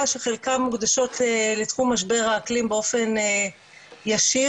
שחלקן מוקדשות לתחומי האקלים באופן ישיר,